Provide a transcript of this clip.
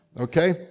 okay